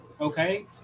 okay